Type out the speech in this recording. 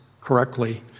correctly